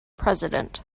president